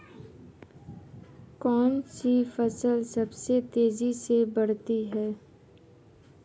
कौनसी फसल सबसे तेज़ी से बढ़ती है?